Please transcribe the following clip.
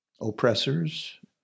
oppressors